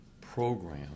program